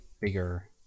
bigger